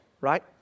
right